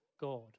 God